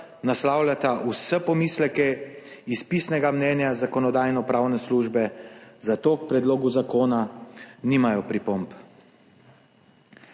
naslavljata vse pomisleke iz pisnega mnenja Zakonodajno-pravne službe, zato k predlogu zakona nimajo pripomb.